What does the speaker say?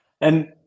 And-